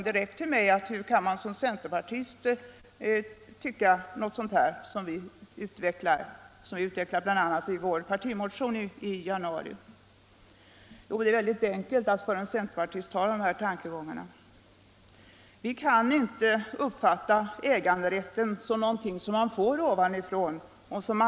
Vi vet emellertid att det redan nu finns en stor mängd ansökningar om lån och bidrag som inte behandlats. Med regeringens förslag skulle ytterligare nya ansökningar samlas för att troligen avslås i stora grupper under hösten.